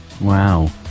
Wow